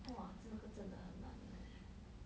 !wah! 这个真的很难 leh